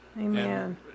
Amen